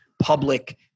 public